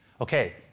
Okay